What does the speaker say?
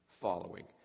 following